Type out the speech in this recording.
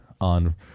on